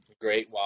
Great